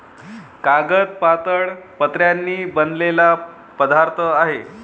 कागद पातळ पत्र्यांनी बनलेला पदार्थ आहे